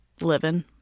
Living